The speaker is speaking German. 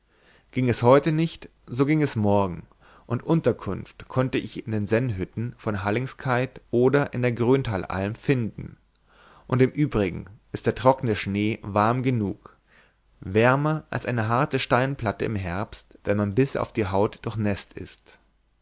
ging es heute nicht so ging es morgen und unterkunft konnte ich in den sennhütten von hallingskeid oder in der gröntalalm finden und im übrigen ist der trockene schnee warm genug wärmer als eine harte steinplatte im herbst wenn man bis auf die haut durchnäßt ist